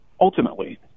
ultimately